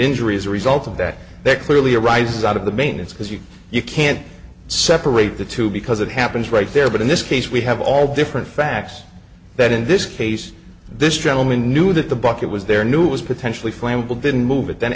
injury as a result of that they're clearly arises out of the main it's because you you can't separate the two because it happens right there but in this case we have all different facts that in this case this gentleman knew that the bucket was there knew it was potentially flammable didn't move it then